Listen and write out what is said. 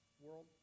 world